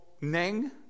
Neng